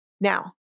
Now